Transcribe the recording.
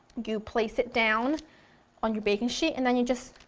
you place it down on your baking sheet and then you just,